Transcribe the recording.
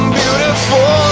beautiful